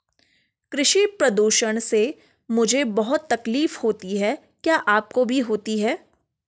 कृषि प्रदूषण से मुझे बहुत तकलीफ होती है क्या आपको भी होती है